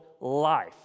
life